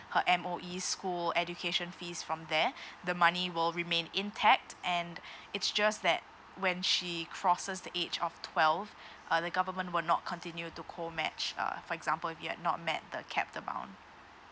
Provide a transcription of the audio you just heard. her M_O_E school education fees from there the money will remain intact and it's just that when she crosses the age of twelve uh the government will not continue to co match uh for example if you've not met the cap amount